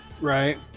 Right